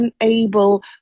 unable